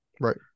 Right